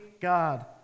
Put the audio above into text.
God